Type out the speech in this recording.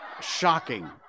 Shocking